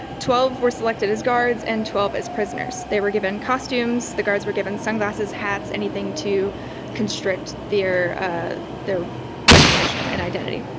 twelve were selected as guards and twelve as prisoners. they were costumes, the guards were given sunglasses, hats, anything to constrict their ah their recognition and identity.